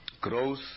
Growth